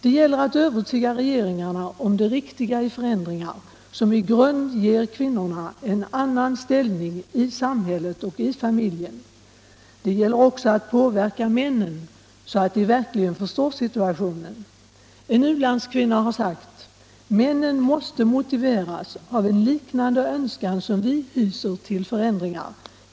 Det gäller att övertyga regeringarna om det riktiga i förändringar som i grund ger kvinnorna en annan ställning i samhället och i familjen. Det gäller också att påverka männen så att de verkligen förstår situationen. En u-landskvinna har sagt: ”Männen måste motiveras av en liknande önskan som vi hyser till förändringar.